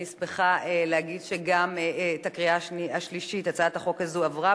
אני שמחה להגיד שגם בקריאה השלישית הצעת החוק הזאת עברה,